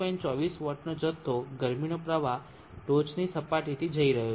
24 વોટનો જથ્થો ગરમીનો પ્રવાહ ટોચની સપાટીથી જઇ રહ્યો છે